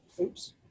oops